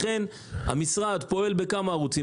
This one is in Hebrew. לכן המשרד פועל בכמה ערוצים.